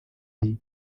dee